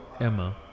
Emma